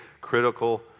critical